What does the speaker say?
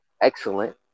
excellent